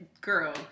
girl